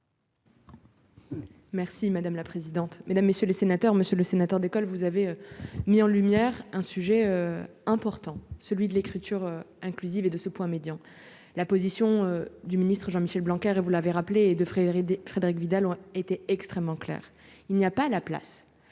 Merci madame la présidente, mesdames, messieurs les sénateurs, Monsieur le Sénateur, d'école, vous avez mis en lumière un sujet important, celui de l'écriture inclusive et de ce point médian, la position du ministre Jean-Michel Blanquer et vous l'avez rappelé de Frédéric Frédérique Vidal ont été extrêmement clair, il n'y a pas la place